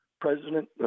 President